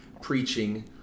preaching